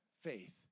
faith